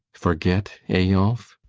forget eyolf?